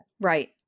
Right